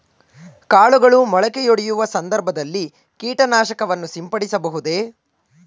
ಕಾಳುಗಳು ಮೊಳಕೆಯೊಡೆಯುವ ಸಂದರ್ಭದಲ್ಲಿ ಕೀಟನಾಶಕವನ್ನು ಸಿಂಪಡಿಸಬಹುದೇ?